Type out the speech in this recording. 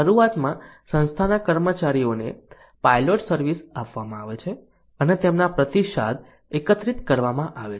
શરૂઆતમાં સંસ્થાના કર્મચારીઓને પાયલોટ સર્વિસ આપવામાં આવે છે અને તેમના પ્રતિસાદ એકત્રિત કરવામાં આવે છે